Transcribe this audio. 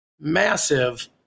massive